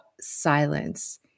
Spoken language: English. silence